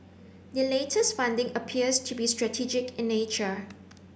the latest funding appears to be strategic in nature